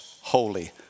holy